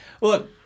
look